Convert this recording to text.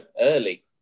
early